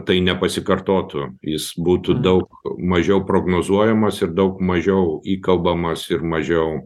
tai nepasikartotų jis būtų daug mažiau prognozuojamas ir daug mažiau įkalbamas ir mažiau